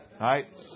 Right